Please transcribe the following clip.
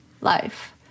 life